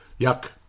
Yuck